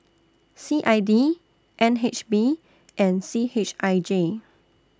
C I D N H B and C H I J